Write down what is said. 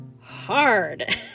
hard